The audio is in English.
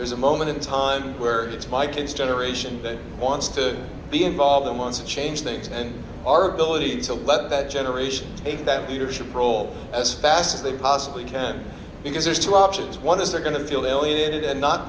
there's a moment in time where it's my kids generation that wants to be involved in months of change things and our ability to let that generation take that leadership role as fast as they possibly can because there's two options one is they're going to field alienated and not